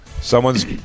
Someone's